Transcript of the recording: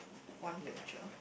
one picture